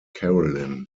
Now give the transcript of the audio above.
carolyn